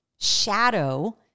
shadow